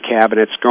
cabinets